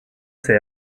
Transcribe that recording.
say